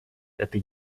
это